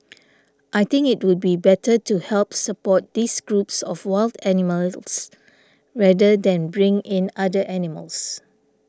I think it would be better to help support these groups of wild animals rather than bring in other animals